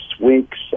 weeks